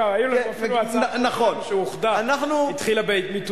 --- הצעת חוק שאוחדה התחילה במיטוט.